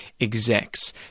execs